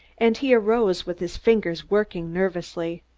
and he arose with his fingers working nervously.